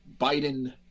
Biden